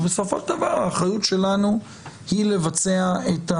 אבל בסופו של דבר האחריות שלנו היא לבצע.